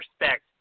respect